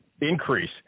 increase